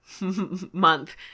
month